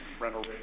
rental